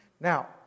Now